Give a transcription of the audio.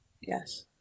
Yes